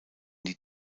die